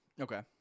Okay